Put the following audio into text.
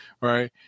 right